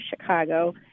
Chicago